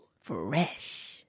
Fresh